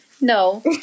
No